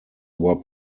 were